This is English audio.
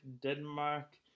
Denmark